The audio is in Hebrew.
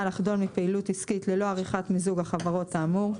לחדול מפעילות עסקית ללא עריכת מיזוג החברות האמור,